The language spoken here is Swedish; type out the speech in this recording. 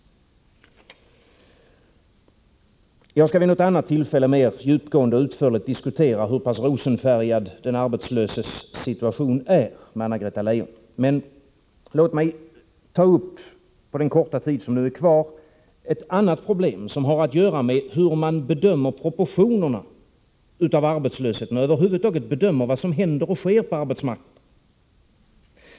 Jag skall vid ett annat tillfälle mer djupgående och utförligt diskutera med Anna-Greta Leijon hur pass rosenfärgad den arbetslöses situation är. Låt mig på den korta tid som står till buds ta upp ett annat problem som har att göra med hur man bedömer proportionerna av arbetslösheten och hur man över huvud taget bedömer vad som händer och sker på arbetsmarknaden.